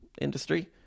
industry